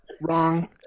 wrong